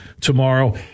tomorrow